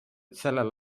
sellel